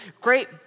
great